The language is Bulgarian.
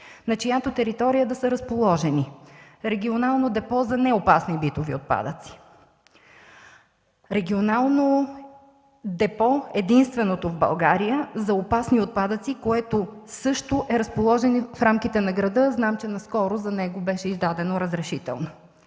на чиято територия да са разположени Регионално депо за неопасни битови отпадъци; единственото в България Регионално депо за опасни отпадъци, което също е разположено в рамките на града – знам, че наскоро за него беше издадено разрешително;